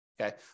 Okay